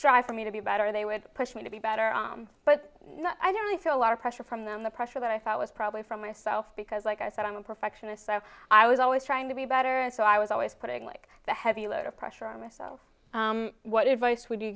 strive for me to be better they would push me to be better om but i don't really feel a lot of pressure from them the pressure that i thought was probably from myself because like i said i'm a perfectionist so i was always trying to be better and so i was always putting like the heavy load of pressure on myself what a vice would you